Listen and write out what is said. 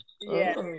Yes